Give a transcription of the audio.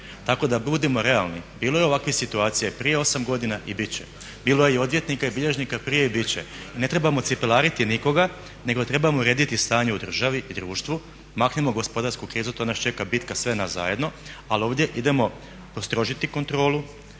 Tako da budimo realni, bilo je ovakvih situacija i prije 8 godina i bit će, bilo je i odvjetnika i bilježnika prije i bit će. Ne trebamo cipelariti nikoga nego trebao urediti stanje u državi i društvu, maknimo gospodarsku krizu, to nas čeka bitka sve nas zajedno, ali ovdje idemo postrožiti kontrolu,